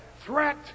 threat